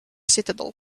citadel